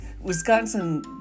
Wisconsin